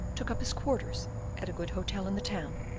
took up his quarters at a good hotel in the town,